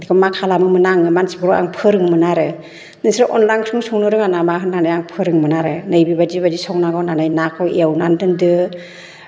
बेखौ मा खालामोमोन आङो मानसिफोरखौ आं फोरोङोमोन आरो नोंसोर अनला ओंख्रिखौ संनो रोङा नामा होननानै आं फोरोङोमोन आरो नै बेबायदि बादि संनांगौ होननानै नाखौ एवनानै दोनदो